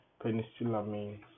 penicillamine